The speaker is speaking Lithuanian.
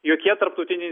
jokie tarptautiniai